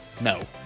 no